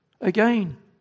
Again